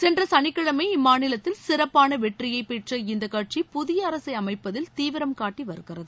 சென்ற சனிக்கிழமை இம்மாநிலத்தில் சிறப்பான வெற்றியைப் பெற்ற இந்த கட்சி புதிய அரசை அமைப்பதில் தீவிரம் காட்டி வருகிறது